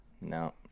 no